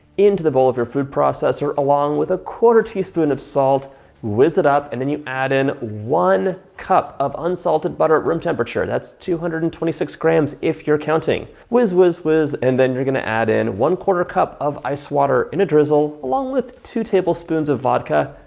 into the bowl of your food processor along with a quarter teaspoon of salt whiz it up and then you add in one cup of unsalted butter at room temperature. that's two hundred and twenty six grams if you're counting. whiz, whiz, whiz and then we're gonna add in one quarter cup of ice water in a drizzle along with two tablespoons of vodka.